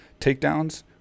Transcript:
takedowns